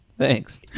Thanks